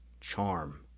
charm